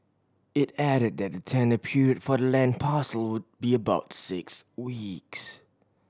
it added that the tender period for the land parcel would be about six weeks